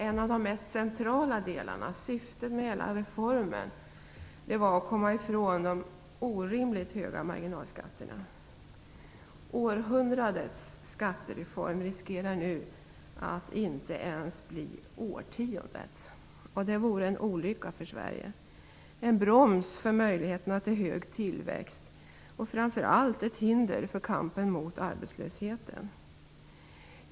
En av de mest centrala delarna, grundsyftet med reformen, var att komma ifrån de orimligt höga marginalskatterna. Århundradets skattereform riskerar nu att inte ens bli årtiondets. Det vore en olycka för Sverige. Det skulle innebära en broms för möjligheterna till hög tillväxt och framför allt ett hinder för kampen mot arbetslösheten.